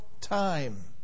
time